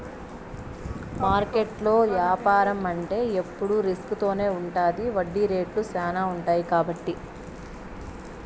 మార్కెట్లో యాపారం అంటే ఎప్పుడు రిస్క్ తోనే ఉంటది వడ్డీ రేట్లు శ్యానా ఉంటాయి కాబట్టి